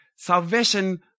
Salvation